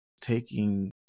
taking